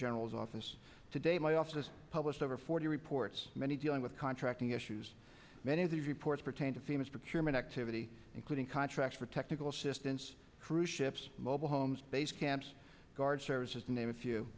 general's office today my office published over forty reports many dealing with contracting issues many of these reports pertain to famous procurement activity including contracts for technical assistance crew ships mobile homes base camps guard services name a few